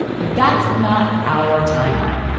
but that's not our timeline,